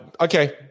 Okay